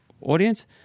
audience